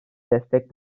destek